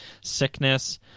sickness